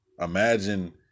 Imagine